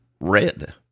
red